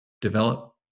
develop